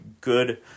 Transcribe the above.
good